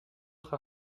autre